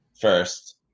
First